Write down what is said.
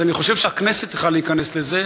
אז אני חושב שהכנסת צריכה להיכנס לזה.